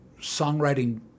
songwriting